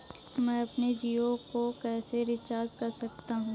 मैं अपने जियो को कैसे रिचार्ज कर सकता हूँ?